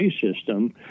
system